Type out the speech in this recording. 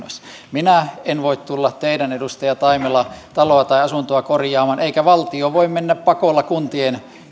minä en voi tulla edustaja taimela teidän taloanne tai asuntoanne korjaamaan eikä valtio voi mennä pakolla kuntien